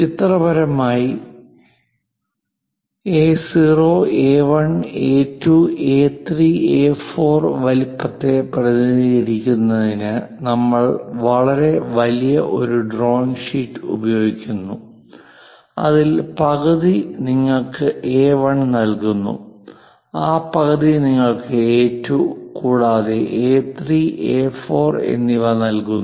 ചിത്രപരമായി എ0 എ1 എ2 എ3 എ4 A0 A1 A2 A3 A4 വലുപ്പത്തെ പ്രതിനിധീകരിക്കുന്നതിന് നമ്മൾ വളരെ വലിയ ഒരു ഡ്രോയിംഗ് ഷീറ്റ് ഉപയോഗിക്കുന്നു അതിൽ പകുതി നിങ്ങൾക്ക് എ1 നൽകുന്നു ആ പകുതി നിങ്ങൾക്ക് എ2 കൂടാതെ എ3 എ4 എന്നിവ നൽകുന്നു